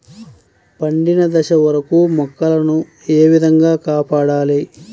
పండిన దశ వరకు మొక్కల ను ఏ విధంగా కాపాడాలి?